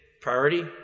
priority